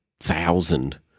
thousand